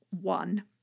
one